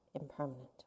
impermanent